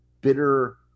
bitter